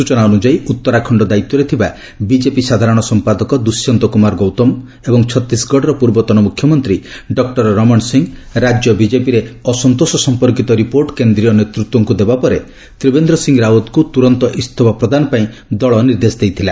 ସୂଚନା ଅନୁଯାୟୀ ଉତ୍ତରାଖଣ୍ଡ ଦାୟିତ୍ୱରେ ଥିବା ବିଜେପି ସାଧାରଣ ସମ୍ପାଦକ ଦୁଷ୍ୟନ୍ତ କୁମାର ଗୌତମ ଏବଂ ଛତିଶଗଡ଼ର ପୂର୍ବତନ ମୁଖ୍ୟମନ୍ତ୍ରୀ ଡକ୍ର ରମଣ ସିଂହ ରାଜ୍ୟ ବିଜେପିରେ ଅସନ୍ତୋଷ ସମ୍ପର୍କୀତ ରିପୋର୍ଟ କେନ୍ଦ୍ରୀୟ ନେତୃତ୍ୱଙ୍କୁ ଦେବାପରେ ତ୍ରିବେନ୍ଦ୍ର ସିଂ ରାଓ୍ୱତଙ୍କୁ ତୁରନ୍ତ ଇସ୍ତଫା ପ୍ରଦାନ ପାଇଁ ଦଳ ନିର୍ଦ୍ଦେଶ ଦେଇଥିଲା